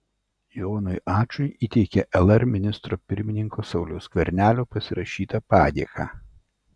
jonui ačui įteikė lr ministro pirmininko sauliaus skvernelio pasirašytą padėką